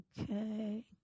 Okay